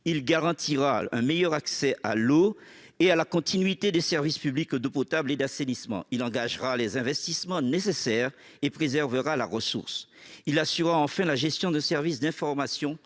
il garantira un meilleur accès à l'eau et à la continuité des services publics d'eau potable et d'assainissement ; il engagera les investissements nécessaires et préservera la ressource ; il assurera, enfin, la gestion de service d'information,